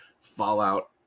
Fallout